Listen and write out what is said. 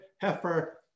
heifer